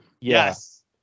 Yes